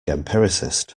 empiricist